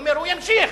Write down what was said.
הוא אומר: הוא ימשיך